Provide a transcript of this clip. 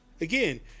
Again